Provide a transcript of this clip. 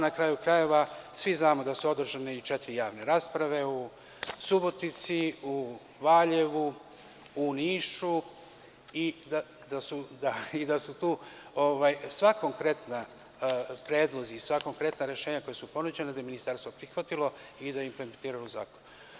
Na kraju krajeva, svi znamo da su održane četiri javne rasprave u Subotici, u Valjevu, u Nišu i da je tu sve konkretne predloge i sva konkretna rešenja koja su ponuđena ministarstvo prihvatilo i da je implementiralo u zakon.